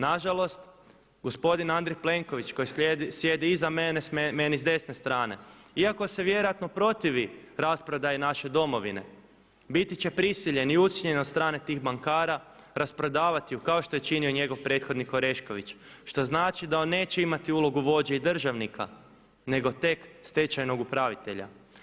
Na žalost, gospodin Andrej Plenković koji sjedi iza mene meni s desne strane, iako se vjerojatno protivi rasprodaji naše Domovine biti će prisiljen i ucijenjen od strane tih bankara rasprodavati ju kao što je činio i njegov prethodnik Orešković, što znači da on neće imati ulogu vođe i državnika, nego tek stečajnog upravitelja.